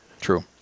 True